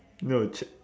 no